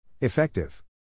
Effective